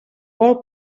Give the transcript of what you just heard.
vol